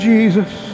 Jesus